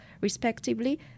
respectively